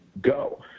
go